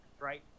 right